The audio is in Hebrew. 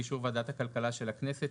באישור ועדת הכלכלה של הכנסת,